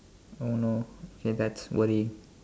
oh no k that's worrying